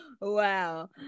wow